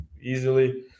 easily